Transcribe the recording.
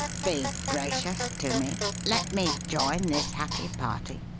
be gracious to me let me join this happy party!